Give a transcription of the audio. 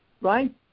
right